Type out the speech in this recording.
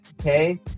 okay